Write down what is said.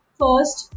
first